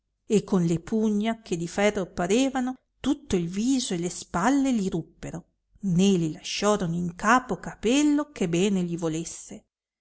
e con le pugna che di ferro parevano tutto il viso e le spalle li ruppero né li lasciorono in capo capello che bene gli volesse